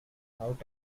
out